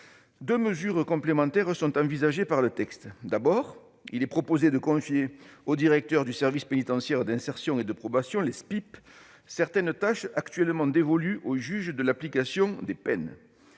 Deux mesures complémentaires sont envisagées par le texte. Premièrement, il est proposé de confier aux directeurs des services pénitentiaires d'insertion et de probation (SPIP) certaines tâches actuellement dévolues au juge de l'application des peines